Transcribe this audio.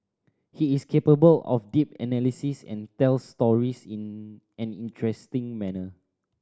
he is capable of deep analysis and tells stories in an interesting manner